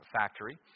factory